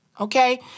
okay